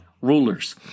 rulers